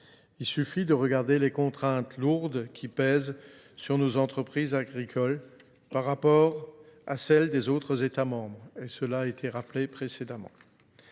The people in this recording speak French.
Il suffit de regarder les contraintes lourdes qui pèsent sur nos entreprises agricoles par rapport à celles des autres États membres, et cela a été rappelé précédemment.